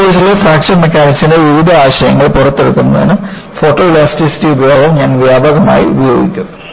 ഈ കോഴ്സിലെ ഫ്രാക്ചർ മെക്കാനിക്സിന്റെ വിവിധ ആശയങ്ങൾ പുറത്തെടുക്കുന്നതിന് ഫോട്ടോലാസ്റ്റിറ്റി ഉപയോഗം ഞാൻ വ്യാപകമായി ഉപയോഗിക്കും